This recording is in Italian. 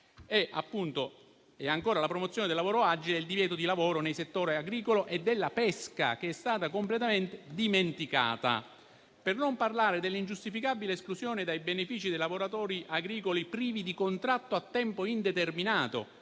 temperature elevate, il divieto di lavoro nei settori agricolo e della pesca, che è stata completamente dimenticata. Per non parlare dell'ingiustificabile esclusione dai benefici dei lavoratori agricoli privi di contratto a tempo indeterminato,